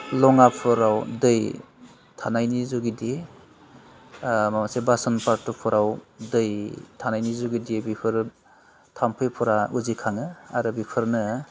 लङाफोराव दै थानायनि जुगेदि ओह माखासे बासन बारथुफोराव दै थानायनि जुगिदि बेफोरो थाम्फैफोरा उजिखाङो आरो बेफोरनो